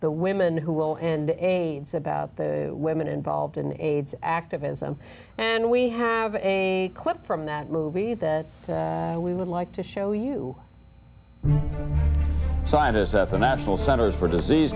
the women who will and a it's about the women involved in aids activism and we have a clip from that movie that we would like to show you scientists at the national centers for disease